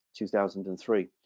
2003